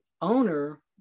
owner